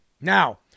Now